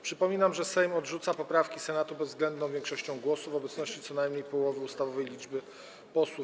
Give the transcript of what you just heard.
Przypominam, że Sejm odrzuca poprawki Senatu bezwzględną większością głosów w obecności co najmniej połowy ustawowej liczby posłów.